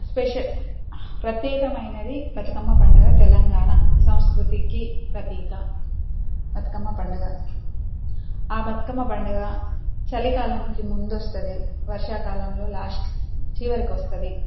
special ప్రత్యేకమైనది బతుకమ్మ పండుగ తెలంగాణ సంస్కృతికీ ప్రతీక బతుకమ్మ పండుగ ఆ బతుకమ్మ పండగ చలికాలంకి ముందొస్తది వర్షాకాలంలో లాస్ట్ చివరికొస్తుంది